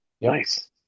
nice